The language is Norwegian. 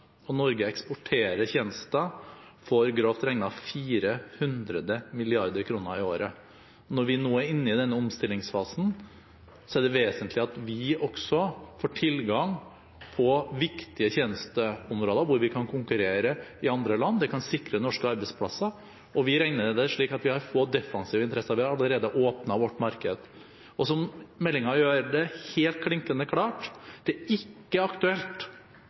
og Norge eksporterer tjenester for grovt regnet 400 mrd. kr i året. Når vi nå er inne i den omstillingsfasen, er det vesentlig at vi også får tilgang på viktige tjenesteområder hvor vi kan konkurrere i andre land; det kan sikre norske arbeidsplasser. Og vi regner det slik at vi har få defensive interesser, vi har allerede åpnet vårt marked. Og som meldingen gjør det klinkende klart: Det er ikke aktuelt